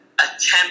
attempt